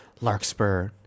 Larkspur